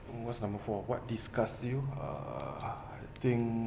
what's number four what disgust you uh I think